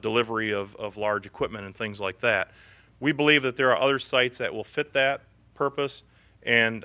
delivery of large equipment and things like that we believe that there are other sites that will fit that purpose and